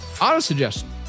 Auto-suggestion